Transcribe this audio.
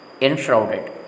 enshrouded